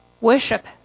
Worship